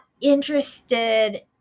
interested